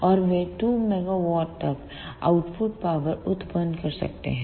और वे 2 MW तक आउटपुट पावर उत्पन्न कर सकते हैं